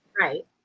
Right